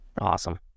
Awesome